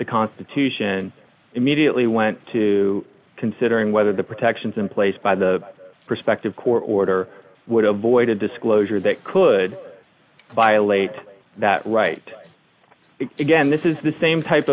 the constitution immediately went to considering whether the protections in place by the prospective court order would avoid a disclosure that could violate that right again this is the same type